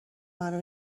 منو